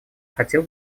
хотел